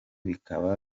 bikaba